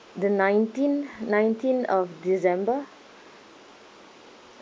the nineteen nineteen of december